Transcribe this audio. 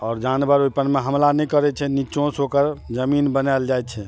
आओर जानवर ओहिपरमे हमला नहि करै छै नीचो सँ ओकर जमीन बनाएल जाइ छै